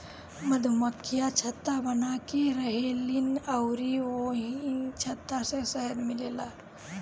मधुमक्खियाँ छत्ता बनाके रहेलीन अउरी ओही छत्ता से शहद मिलेला